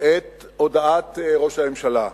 את הודעת ראש הממשלה.